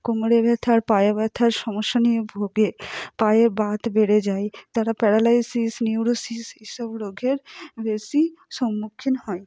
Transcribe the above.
কোমরে ব্যথা আর পায়ে ব্যথার সমস্যা নিয়ে ভোগে পায়ে বাত বেড়ে যায় তারা প্যারালাইসিস নিউরোসিস এইসব রোগের বেশি সম্মুখীন হয়